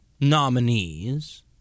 nominees